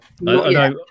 no